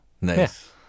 nice